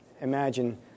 imagine